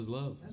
love